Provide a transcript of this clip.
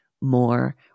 more